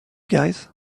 guys